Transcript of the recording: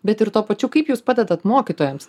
bet ir tuo pačiu kaip jūs padedate mokytojams